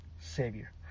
Savior